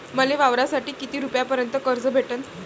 मले वावरासाठी किती रुपयापर्यंत कर्ज भेटन?